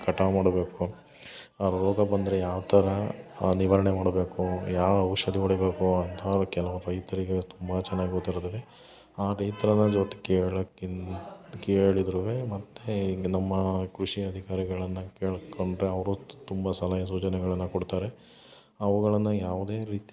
ಕಟಾವ್ ಮಾಡಬೇಕು ರೋಗ ಬಂದರೆ ಯಾವ ಥರ ನಿವಾರಣೆ ಮಾಡ್ಬೇಕು ಯಾವ ಔಷಧಿ ಹೊಡಿಬೇಕು ಅಂತವಲ್ಲ ಕೆಲವು ರೈತರಿಗೆ ತುಂಬ ಚೆನ್ನಾಗಿ ಗೊತ್ತಿರುತ್ತದೆ ಆ ರೈತರ ಜೊತೆ ಕೇಳೋಕ್ಕಿಂತ ಕೇಳಿದ್ರುವೆ ಮತ್ತು ಈಗ ನಮ್ಮ ಕೃಷಿ ಅಧಿಕಾರಿಗಳನ್ನ ಕೇಳ್ಕೊಂಡರೆ ಅವರು ತುಂಬ ಸಲಹೆ ಸೂಚನೆಗಳನ್ನ ಕೊಡ್ತಾರೆ ಅವುಗಳನ್ನ ಯಾವುದೇ ರೀತಿ